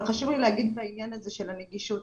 חשוב לי להגיד בעניין הזה של הנגישות.